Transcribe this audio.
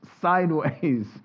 sideways